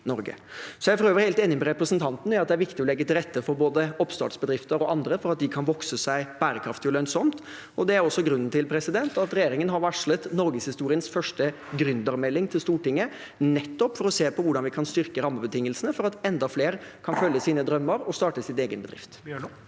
Jeg er for øvrig helt enig med representanten i at det er viktig å legge til rette for at både oppstartsbedrifter og andre kan vokse seg bærekraftige og lønnsomme. Det er også grunnen til at regjeringen har varslet norgeshistoriens første gründermelding til Stortinget, nettopp for å se på hvordan vi kan styrke rammebetingelsene for at enda flere kan følge sine drømmer og starte sin egen bedrift.